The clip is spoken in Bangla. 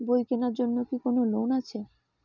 বই কেনার জন্য কি কোন লোন আছে?